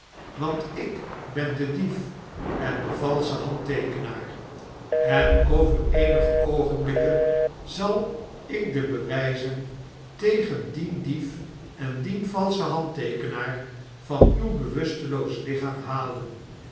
want ik ben de dief en de valsche handteekenaar en over eenige oogenblikken zal ik de bewijzen tegen dien dief en dien valschen handteekenaar van uw bewusteloos lichaam halen